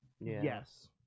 Yes